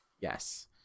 Yes